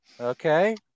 Okay